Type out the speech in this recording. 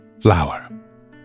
flower